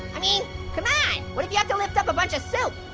i mean come on, what if you have to lift up a bunch of soup?